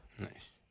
Nice